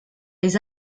les